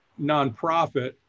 nonprofit